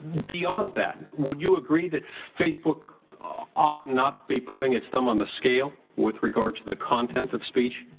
beyond that, would you agree that facebook ought not be putting its thumb on the scale with regard to the content of speech,